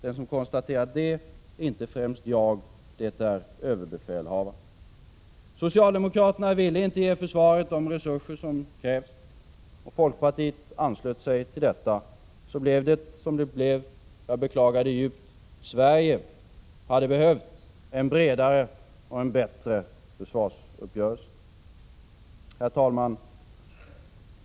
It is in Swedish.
Den som konstaterat det är inte främst jag utan överbefälhavaren. Socialdemokraterna ville inte ge försvaret de resurser som krävs, och folkpartiet anslöt sig till detta. Så blev det som det blev. Jag beklagar det djupt. Sverige hade behövt en bredare och bättre försvarsuppgörelse. Herr talman!